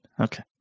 Okay